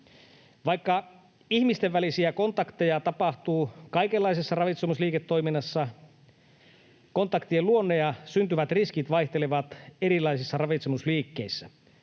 Vaikka ihmisten välisiä kontakteja tapahtuu kaikenlaisessa ravitsemusliiketoiminnassa, kontaktien luonne ja syntyvät riskit vaihtelevat erilaisissa ravitsemusliikkeissä.